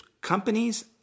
companies